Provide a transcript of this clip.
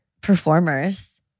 performers